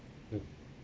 mm